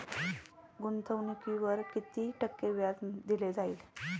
गुंतवणुकीवर किती टक्के व्याज दिले जाईल?